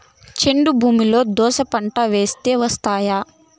చౌడు భూమిలో దోస కాయ పంట వేస్తే వస్తాయా?